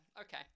okay